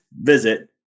visit